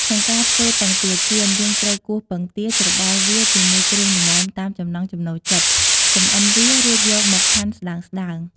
ក្នុងការធ្វើពងទាចៀន យើងត្រូវគោះពងទា ច្របល់វាជាមួយគ្រឿងល្មមតាមចំណង់ចំណូលចិត្ត ចម្អិនវា រួចយកមកហាន់ស្តើងៗ។